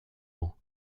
ans